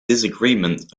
disagreements